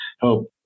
help